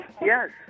Yes